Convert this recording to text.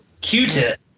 Q-tip